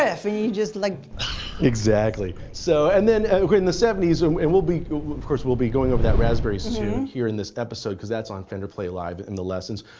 riff and you just, like exactly. so and then, ok, in the seventy s and we'll be of course we'll be going over that raspberries tune here in this episode, because that's on fender play live in the lessons.